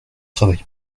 travaille